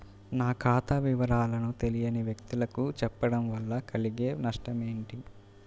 నా ఖాతా వివరాలను తెలియని వ్యక్తులకు చెప్పడం వల్ల కలిగే నష్టమేంటి?